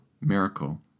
miracle